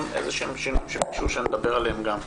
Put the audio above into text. איזה שהם שינויים שביקשו שנדבר גם עליהם.